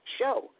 show